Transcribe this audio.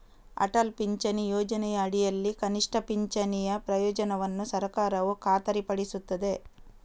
ಅಟಲ್ ಪಿಂಚಣಿ ಯೋಜನೆಯ ಅಡಿಯಲ್ಲಿ ಕನಿಷ್ಠ ಪಿಂಚಣಿಯ ಪ್ರಯೋಜನವನ್ನು ಸರ್ಕಾರವು ಖಾತರಿಪಡಿಸುತ್ತದೆ